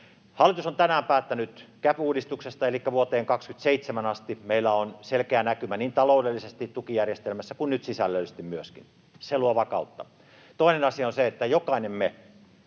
Hallitus on tähän päättänyt CAP-uudistuksesta, elikkä vuoteen 27 asti meillä on selkeä näkymä tukijärjestelmässä niin taloudellisesti kuin myöskin sisällöllisesti. Se luo vakautta. Toinen asia on se, että jokainen meistä